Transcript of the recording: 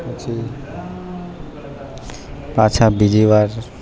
પછી પાછા બીજી વાર